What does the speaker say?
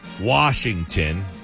Washington